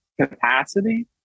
capacity